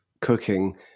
cooking